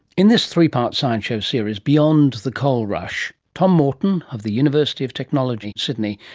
in this three-part science show series, beyond the coal rush, tom morton, of the university of technology sydney,